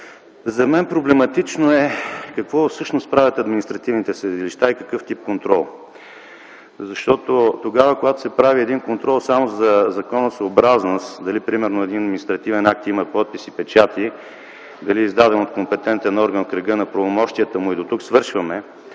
За мен проблематично е какво всъщност правят административните съдилища и какъв тип контрол упражняват. Защото тогава, когато един контрол се прави само заради законосъобразност – дали, примерно, един административен акт има подпис и печати, дали е издаден от компетентен орган в кръга на правомощията му и дотук свършваме,